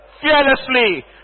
fearlessly